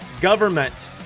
Government